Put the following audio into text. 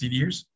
years